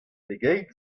pegeit